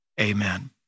Amen